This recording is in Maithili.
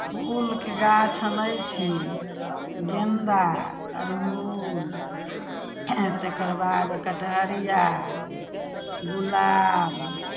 फूलके गाछ अनै छी गेन्दा अड़हुल तकर बाद कटहरिया गुलाब